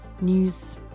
news